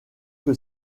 que